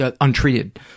untreated –